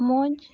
ᱢᱚᱡᱽ